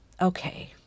Okay